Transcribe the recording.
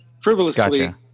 frivolously